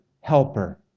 helper